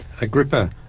Agrippa